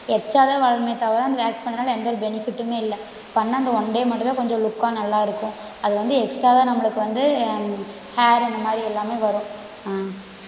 extra தான் வளருமே தவிர அந்த வேக்ஸ் பண்ணுறதுனால எந்த ஒரு பெனிஃபிட்டுமே இல்லை பண்ண அந்த ஒன் டே மட்டும்தான் கொஞ்சம் லுக்காக நல்லா இருக்கும் அது வந்து எக்ஸ்ட்ரா தான் நம்பளுக்கு வந்து ஹேர் இந்த மாதிரி எல்லாமே வரும்